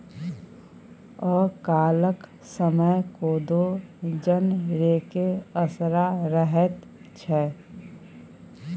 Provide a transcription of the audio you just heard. अकालक समय कोदो जनरेके असरा रहैत छै